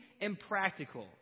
impractical